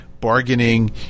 bargaining